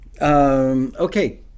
Okay